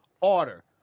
order